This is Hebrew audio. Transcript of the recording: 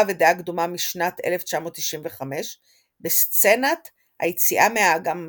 ודעה קדומה משנת 1995 בסצנת היציאה מהאגם המפורסמת,